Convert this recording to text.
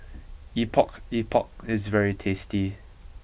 Epok Epok is very tasty